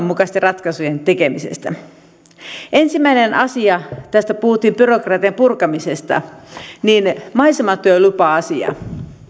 mukaisten ratkaisujen tekemisestä ensimmäinen asia kun puhuttiin byrokratian purkamisesta on maisematyölupa asia